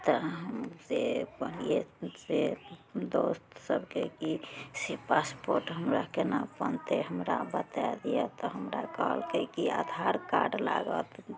तऽ हम से कहलियै अपन दोस्त सभके कि से पासपोर्ट हमरा केना बनतइ हमरा बताय दिअ तऽ हमरा कहलकइ कि आधार कार्ड लागत